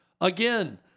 Again